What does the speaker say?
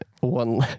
one